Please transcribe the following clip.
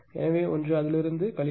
எனவே ஒன்று அதிலிருந்து கழிக்கவும்